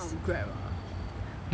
talking about grab ah